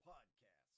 Podcast